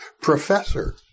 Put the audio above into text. professor